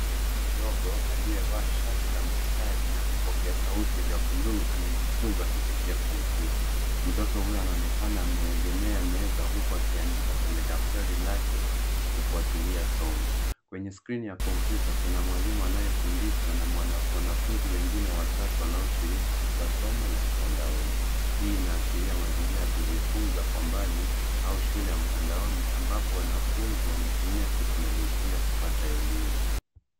Mtoto mdogo aliyevaa shati la mistari na vipokea sauti vya bluu anajifunza kupitia kompyuta. Mtoto huyo anaonekana ame egemea meza huku akiandika kwenye daftari lake akifuatilia somo. Kwenye skrini ya kompyuta kuna mwalimu anayefundisha na wanafunzi wengine watatu wanaoshiriki katika somo la mtandaoni. Hii ina ashiria mazingira ya kujifunza kwa mbali au shule ya mtandaoni ambapo wanafunzi wanatumia teknolojia kupata elimu.